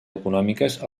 econòmiques